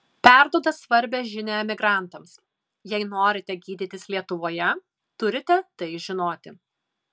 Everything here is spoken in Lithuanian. perduoda svarbią žinią emigrantams jei norite gydytis lietuvoje turite tai žinoti